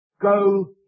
Go